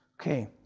okay